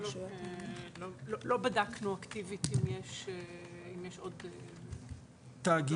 לא בדקנו אקטיבית אם יש עוד תאגידים.